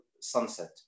sunset